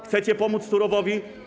Chcecie pomóc Turowowi?